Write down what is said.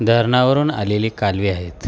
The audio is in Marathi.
धरणावरून आलेले कालवे आहेत